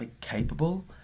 capable